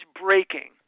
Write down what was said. breaking